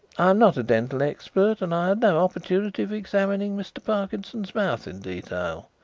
i am not a dental expert and i had no opportunity of examining mr. parkinson's mouth in detail.